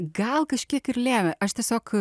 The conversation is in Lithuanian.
gal kažkiek ir lėmė aš tiesiog